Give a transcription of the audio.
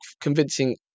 convincing